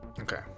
Okay